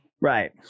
right